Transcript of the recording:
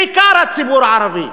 בעיקר הציבור הערבי.